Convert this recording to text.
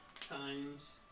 Times